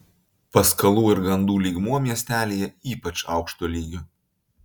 paskalų ir gandų lygmuo miestelyje ypač aukšto lygio